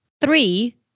Three